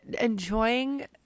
enjoying